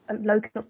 local